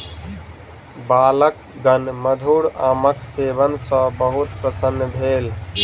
बालकगण मधुर आमक सेवन सॅ बहुत प्रसन्न भेल